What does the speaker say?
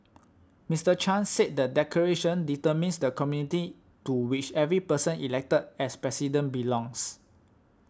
Mister Chan said the declaration determines the community to which every person elected as President belongs